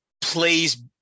plays